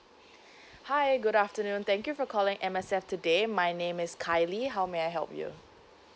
hi good afternoon thank you for calling M_S_F today my name is kylie how may I help you